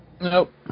Nope